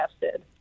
tested